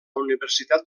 universitat